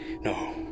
No